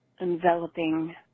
enveloping